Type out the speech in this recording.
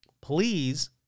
Please